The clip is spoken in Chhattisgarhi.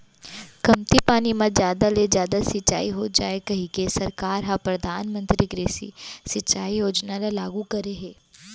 कमती पानी म जादा ले जादा सिंचई हो जाए कहिके सरकार ह परधानमंतरी कृषि सिंचई योजना ल लागू करे हे